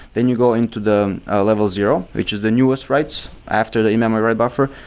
then you go into the level zero, which is the newest writes after the in-memory write buffer.